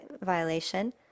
violation